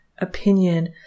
opinion